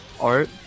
art